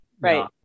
Right